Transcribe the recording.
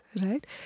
right